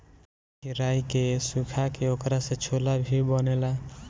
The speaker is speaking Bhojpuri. केराई के सुखा के ओकरा से छोला भी बनेला